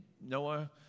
Noah